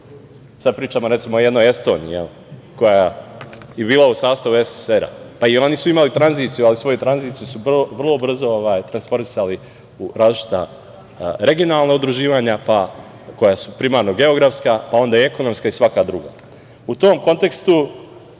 sad pričam recimo o jednoj Estoniji, koja je bila u sastavu SSR-a. I oni su imali tranziciju, ali svoju tranziciju su vrlo brzo transformisali u različita regionalna udruživanja koja su primarno geografska, pa onda ekonomska i svaka druga.U tom kontekstu